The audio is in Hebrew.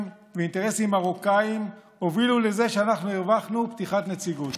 ואינטרסים מרוקאיים הובילו לזה שאנחנו הרווחנו פתיחת נציגות.